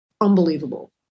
unbelievable